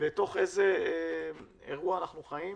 ובתוך איזה אירוע אנחנו חיים.